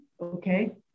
Okay